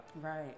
Right